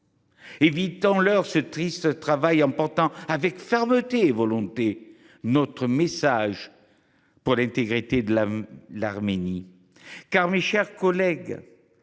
Évitons leur ce triste travail, en portant avec fermeté et volonté notre message pour l’intégrité de l’Arménie. Car, mes chers collègues,